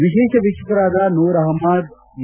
ವಿಶೇಷ ವೀಕ್ಷಕರಾದ ನೂರ್ ಅಹ್ನದ್ ಎ